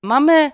Mamy